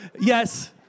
Yes